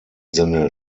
sinne